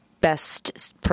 best